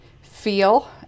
feel